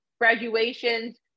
graduations